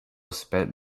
spent